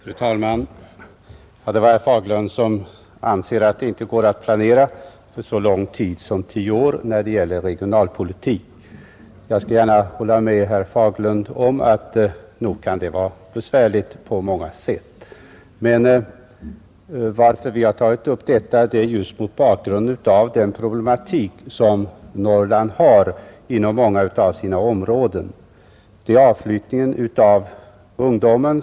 Fru talman! Herr Fagerlund anser att det inte går att planera regionalpolitiken för så lång tid som tio år. Jag skall gärna hålla med herr Fagerlund om att det kan vara besvärligt på många sätt. Vi har tagit upp detta mot bakgrunden av den problematik som förekommer inom många områden i Norrland, nämligen att ungdomarna flyttar.